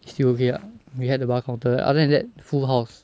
still okay lah we had the bar counter other than that full house